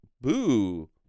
Boo